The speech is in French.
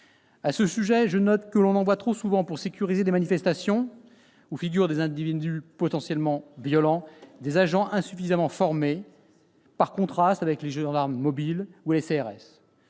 À ce sujet, je note que l'on envoie trop souvent, pour sécuriser des manifestations où figurent des individus potentiellement violents, des agents insuffisamment formés, par contraste avec les gendarmes mobiles ou les CRS.